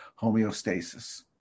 homeostasis